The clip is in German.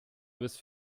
bis